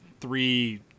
three